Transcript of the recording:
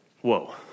whoa